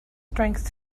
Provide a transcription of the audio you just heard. strength